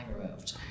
removed